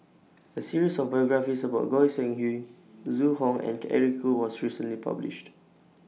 A series of biographies about Goi Seng Hui Zhu Hong and Eric Khoo was recently published